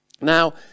Now